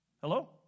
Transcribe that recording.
Hello